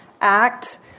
Act